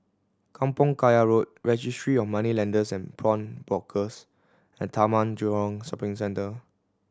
Kampong Kayu Road Registry of Moneylenders and Pawnbrokers and Taman Jurong Shopping Centre